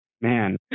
Man